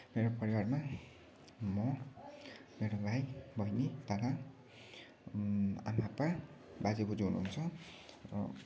मेरो परिवारमा म मेरो भाइ बहिनी काका आमा आप्पा बाजे बोज्यू हुनुन्छ र